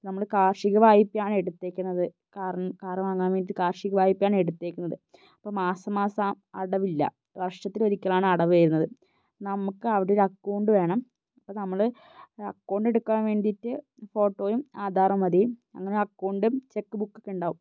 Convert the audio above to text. നമ്മൾ കാർഷിക വായ്പയാണ് എടുത്തേക്കുന്നത് കാർ വാങ്ങാൻ വേണ്ടിട്ട് കാർഷിക വായ്പയാണ് എടുത്തേക്കുന്നത് അപ്പോൾ മാസം മാസം അടവില്ല വർഷത്തിലൊരിക്കലാണ് അടവ് വരുന്നത് നമുക്ക് അവിടൊരു അക്കൗണ്ട് വേണം അപ്പോൾ നമ്മൾ അക്കൗണ്ട് എടുക്കാൻ വേണ്ടിട്ട് ഫോട്ടോയും ആധാറും മതി അങ്ങനെ അക്കൗണ്ടും ചെക്ക് ബുക്കൊക്കെ ഇണ്ടാവും